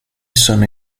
sono